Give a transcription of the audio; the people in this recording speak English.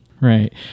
Right